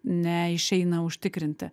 neišeina užtikrinti